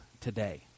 today